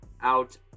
out